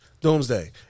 Doomsday